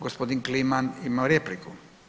Gospodin Kliman ima repliku.